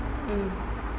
mm